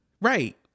Right